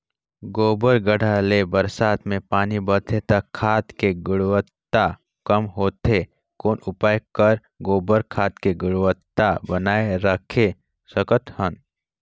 गोबर गढ्ढा ले बरसात मे पानी बहथे त खाद के गुणवत्ता कम होथे कौन उपाय कर गोबर खाद के गुणवत्ता बनाय राखे सकत हन?